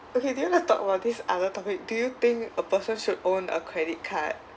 okay do you like to talk about this other topic do you think a person should own a credit card